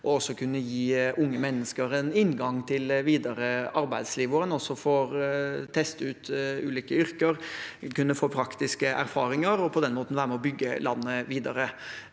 å kunne gi unge mennesker en inngang til videre arbeidsliv, hvor en får teste ut ulike yrker, får praktiske erfaringer og på den måten kan være med og bygge landet videre.